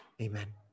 Amen